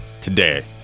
today